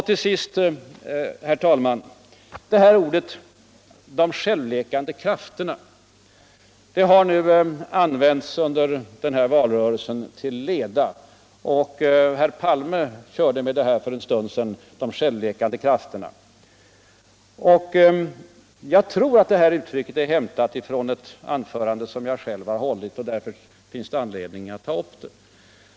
Till sist, herr talman: Uttrycket ”de självläkande krafterna” har nu använts under valrörelsen till leda. Herr Palme körde med det för en stund sedan. Jag tror att uttrycket är hämtat från ett anförande som Jag själv har hållit och därför finns det anledning att ta upp det.